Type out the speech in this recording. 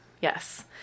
Yes